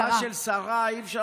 מהערה של שרה אי-אפשר להתעלם.